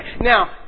Now